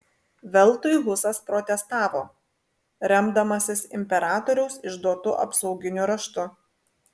veltui husas protestavo remdamasis imperatoriaus išduotu apsauginiu raštu